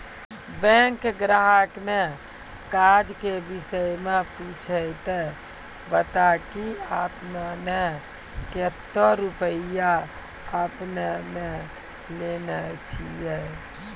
Bank ग्राहक ने काज के विषय मे पुछे ते बता की आपने ने कतो रुपिया आपने ने लेने छिए?